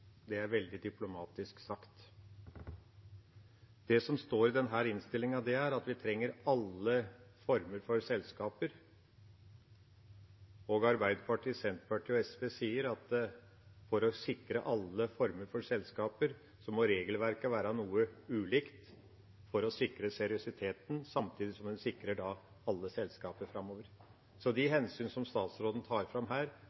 Det er veldig diplomatisk sagt. Det som står i denne innstillinga, er at vi trenger alle former for selskaper, og Arbeiderpartiet, Senterpartiet og SV sier at for å sikre alle former for selskaper må regelverket være noe ulikt for å sikre seriøsiteten, samtidig som en sikrer alle selskaper framover. Så de hensyn som statsråden trekker fram her,